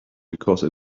because